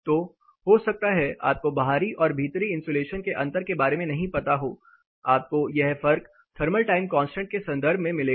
तो हो सकता है आपको बाहरी और भीतरी इंसुलेशन के अंतर के बारे में नहीं पता हो आपको यह फर्क थर्मल टाइम कांस्टेंट के संदर्भ में मिलेगा